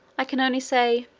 i can only say,